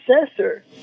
successor